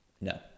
No